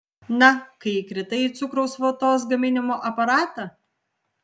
na kai įkritai į cukraus vatos gaminimo aparatą